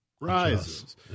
rises